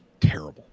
terrible